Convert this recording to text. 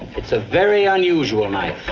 it's a very unusual knife.